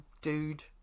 dude